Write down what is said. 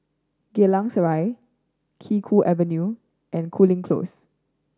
Geylang Serai Kee Choe Avenue and Cooling Close